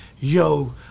yo